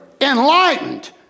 enlightened